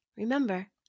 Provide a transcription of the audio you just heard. Remember